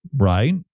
right